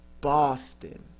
Boston